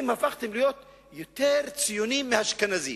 אתם הפכתם להיות יותר ציונים מאשכנזים,